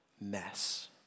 mess